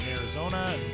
arizona